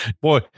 Boy